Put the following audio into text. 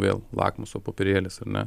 vėl lakmuso popierėlis ar ne